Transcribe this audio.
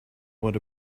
what